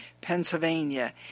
Pennsylvania